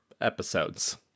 episodes